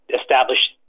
establish